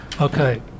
Okay